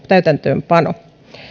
täytäntöönpano